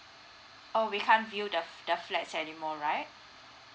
oh we can't view the the flats anymore right